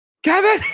kevin